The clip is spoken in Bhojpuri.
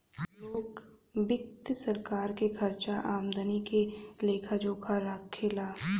लोक वित्त सरकार के खर्चा आमदनी के लेखा जोखा राखे ला